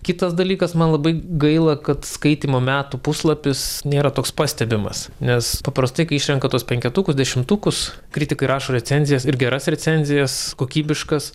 kitas dalykas man labai gaila kad skaitymo metų puslapis nėra toks pastebimas nes paprastai kai išrenka tuos penketukus dešimtukus kritikai rašo recenzijas ir geras recenzijas kokybiškas